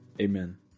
Amen